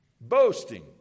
boasting